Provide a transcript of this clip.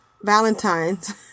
Valentine's